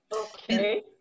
Okay